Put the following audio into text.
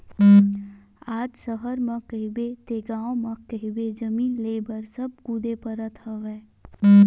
आज सहर म कहिबे ते गाँव म कहिबे जमीन लेय बर सब कुदे परत हवय